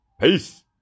peace